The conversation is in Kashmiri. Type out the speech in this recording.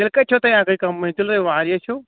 تیٚلہِ کَتہِ چھَو تُہۍ اَکٕے کَمپٕنی تیٚلہِ ہَے واریاہ چھَو